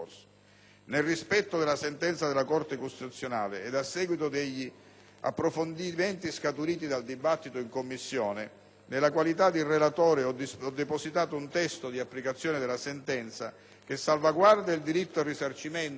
Nel rispetto della sentenza della Corte costituzionale ed a seguito degli approfondimenti scaturiti dal dibattito in Commissione, nella qualità di relatore ho depositato un testo di applicazione della sentenza che salvaguarda il diritto al risarcimento